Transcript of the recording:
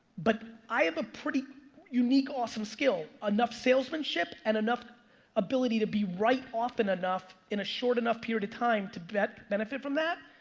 but i have a pretty unique, awesome skill, enough salesmanship and enough ability to be right often enough in a short enough period of time to but benefit from that.